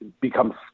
becomes